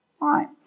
right